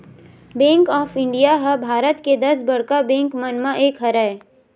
bank of India ह भारत के दस बड़का बेंक मन म एक हरय